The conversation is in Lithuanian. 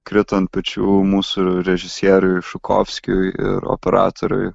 krito ant pečių mūsų režisieriui žukovskiui ir operatoriui